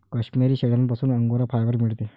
काश्मिरी शेळ्यांपासूनही angora fibre मिळते